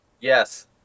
Yes